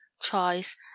choice